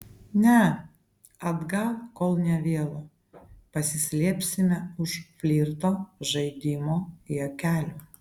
ne atgal kol nė vėlu pasislėpsime už flirto žaidimo juokelių